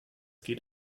geht